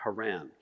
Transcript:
Haran